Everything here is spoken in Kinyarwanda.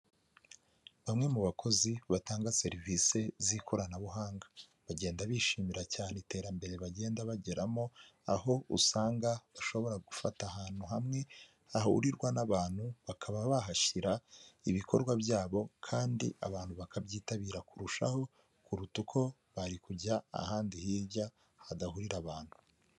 Bamwe mu bakozi batanga serivisi z'ikoranabuhanga bagenda bishimira cyane iterambere bagenda bageramo aho usanga bashobora gufata ahantu hamwe hahurirwa n'abantu bakaba bahashyira ibikorwa byabo kandi abantu bakabyitabira kurushaho kuruta uko bari kujya ahandi hirya hadahurira abantu.